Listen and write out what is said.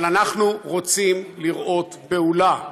אבל אנחנו רוצים לראות פעולה,